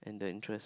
and the interest